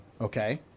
okay –